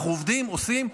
אנחנו עובדים, עושים.